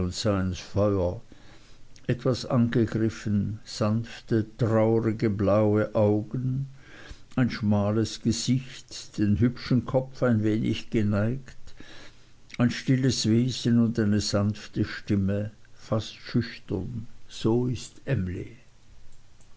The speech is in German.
feuer etwas angegriffen sanfte traurige blaue augen ein schmales gesicht den hübschen kopf ein wenig geneigt ein stilles wesen und eine sanfte stimme fast schüchtern so ist emly